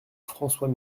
françois